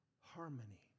harmony